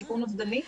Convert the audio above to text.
בסיכון אובדני.